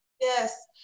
Yes